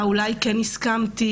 אולי כן הסכמתי,